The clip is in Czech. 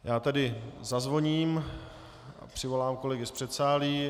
Já tedy zazvoním a přivolám kolegy z předsálí.